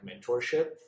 mentorship